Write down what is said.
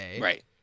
Right